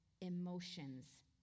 emotions